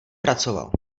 pracoval